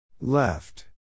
Left